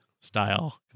style